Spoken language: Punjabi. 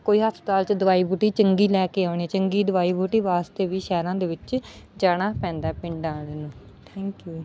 ਕੋਈ ਹਸਪਤਾਲ 'ਚ ਦਵਾਈ ਬੂਟੀ ਚੰਗੀ ਲੈ ਕੇ ਆਉਣੀ ਚੰਗੀ ਦਵਾਈ ਬੂਟੀ ਵਾਸਤੇ ਵੀ ਸ਼ਹਿਰਾਂ ਦੇ ਵਿੱਚ ਜਾਣਾ ਪੈਂਦਾ ਪਿੰਡਾਂ ਵਾਲਿਆਂ ਨੂੰ ਥੈਂਕ ਯੂ